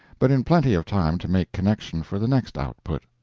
but in plenty of time to make connection for the next output.